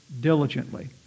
diligently